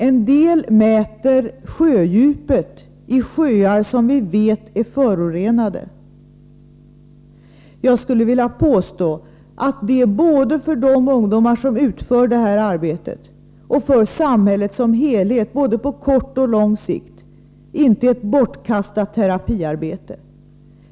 En del mäter sjödjupet i sjöar som vi vet är förorenade. Jag skulle vilja påstå att det — både för de ungdomar som utför detta arbete och för samhället som helhet, på både kort och lång sikt — inte är ett bortkastat terapiarbete.